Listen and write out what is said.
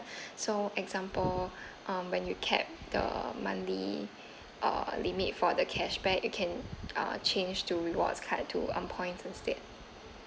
so example um when you cap the monthly uh limit for the cashback you can uh change to rewards card to um earn point instead